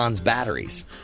batteries